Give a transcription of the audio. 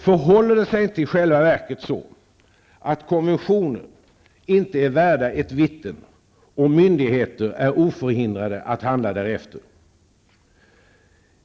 Förhåller det sig inte i själva verket så att konventioner inte är värda ett vitten och myndigheter är oförhindrade att handla därefter?